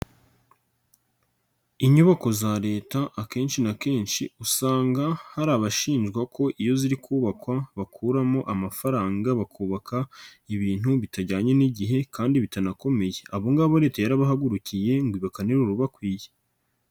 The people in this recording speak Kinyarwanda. Inyubako za Leta akenshi na kenshi usanga hari abashinjwa ko iyo ziri kubakwa bakuramo amafaranga bakubaka ibintu bitajyanye n'igihe kandi bitanakomeye, abo ngabo Leta yarabahagurukiye ngo bakanire urubakwiye.